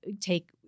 take-